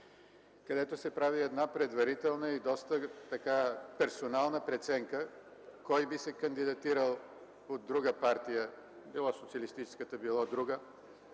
където се прави една предварителна и доста персонална преценка кой би се кандидатирал от друга партия – било социалистическата, било друга,